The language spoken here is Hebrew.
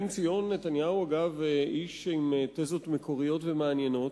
בנציון נתניהו איש עם תזות מקוריות ומעניינות.